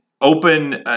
open